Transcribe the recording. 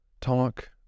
talk